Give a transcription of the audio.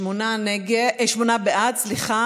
שמונה בעד,